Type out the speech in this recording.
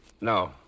No